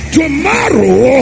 tomorrow